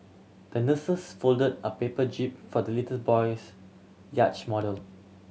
the nurses fold a paper jib for the little boy's yacht model